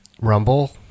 rumble